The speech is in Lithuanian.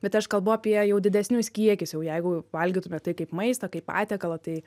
bet aš kalbu apie jau didesnius kiekius jau jeigu valgytume tai kaip maistą kaip patiekalą tai